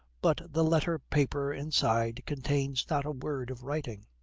but the letter paper inside contains not a word of writing.